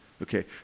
Okay